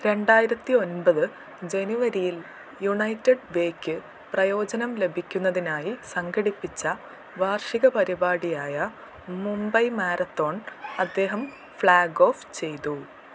രണ്ടായിരത്തി ഒൻപത് ജനുവരിയിൽ യുണൈറ്റഡ് വേയ്ക്ക് പ്രയോജനം ലഭിക്കുന്നതിനായി സംഘടിപ്പിച്ച വാർഷിക പരിപാടിയായ മുംബൈ മാരത്തോൺ അദ്ദേഹം ഫ്ളാഗ് ഓഫ് ചെയ്തു